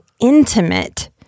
intimate